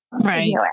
right